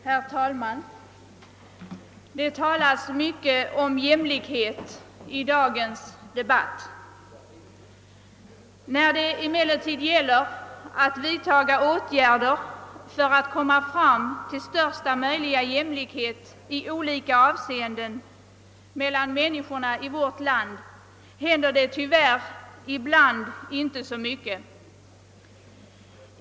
Herr talman! Det talas i dagens dabatt mycket om jämlikhet, men när det gäller att vidta åtgärder för att åstadkomma största möjliga jämlikhet i olika avseenden mellan människorna i vårt land händer det tyvärr ibland inte så mycket.